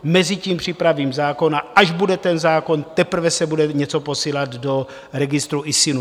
Mezitím připravím zákon, a až bude ten zákon, teprve se bude něco posílat do registru ISIN.